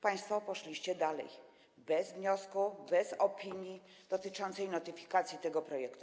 Państwo poszliście dalej, bez wniosku, bez opinii dotyczącej notyfikacji tego projektu.